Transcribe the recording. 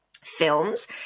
Films